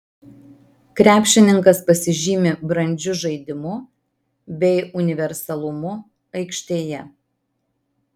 krepšininkas pasižymi brandžiu žaidimu bei universalumu aikštėje